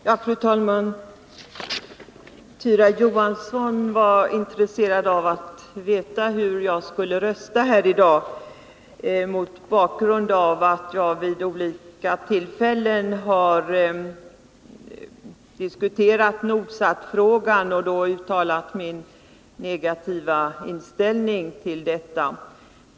Fru talman! Tyra Johansson var intresserad av att få veta hur jag skulle rösta i detta ärende mot bakgrund av att jag vid olika tillfällen har diskuterat Nordsatfrågan och då uttalat min negativa inställning till projektet.